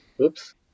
Oops